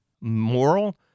moral